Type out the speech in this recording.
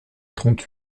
trente